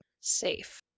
safe